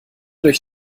durch